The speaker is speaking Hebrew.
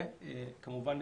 וכמובן,